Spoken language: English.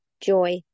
joy